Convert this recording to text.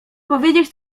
powiedzieć